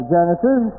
Genesis